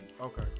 Okay